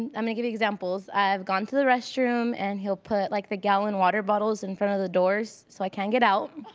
and i'm gonna give you examples, i've gone to the restroom and he'll put like the gallon water bottles in front of the doors so i can't get out.